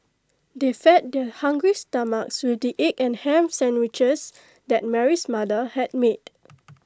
they fed their hungry stomachs with the egg and Ham Sandwiches that Mary's mother had made